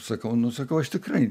sakau nu sakau aš tikrai